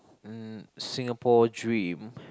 mm Singapore dream